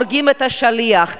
הורגים את השליח.